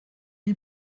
ils